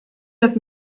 have